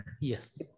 Yes